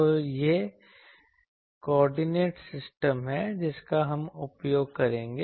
तो यह coordinate system है जिसका हम उपयोग करेंगे